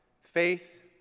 faith